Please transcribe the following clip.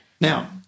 Now